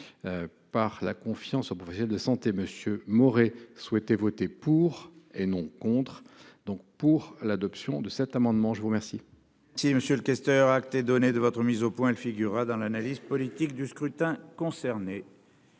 Par la confiance aux professionnels de santé. Monsieur Maurer souhaiter voter pour et non contre. Donc pour l'adoption de cet amendement, je vous remercie.